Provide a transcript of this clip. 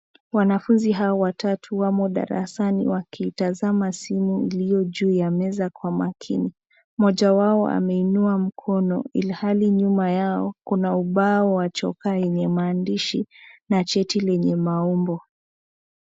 Mwanafunzi hao watatu wamo darasani wakitazama simu iliyojuu ya meza kwa makini. Mmoja wao ameinua mkono ilihali nymba yao kuna ubao wa chokaa wenye maandishi na cheti lenye maumbo.